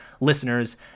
listeners